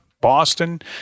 Boston